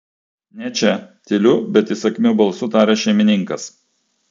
ne čia tyliu bet įsakmiu balsu taria šeimininkas